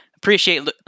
Appreciate